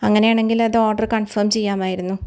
അങ്ങനെയാണങ്കിൽ അത് order confirm ചെയ്യാമായിരുന്നു